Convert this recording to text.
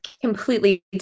completely